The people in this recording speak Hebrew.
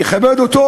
יכבד אותו.